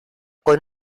con